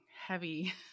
heavy